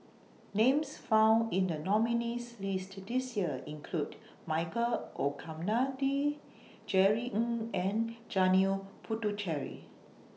Names found in The nominees' list This Year include Michael Olcomendy Jerry Ng and Janil Puthucheary